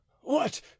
What